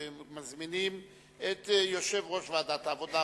אנחנו מזמינים את יושב-ראש ועדת העבודה,